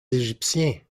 égyptiens